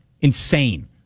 Insane